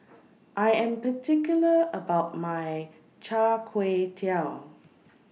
I Am particular about My Char Kway Teow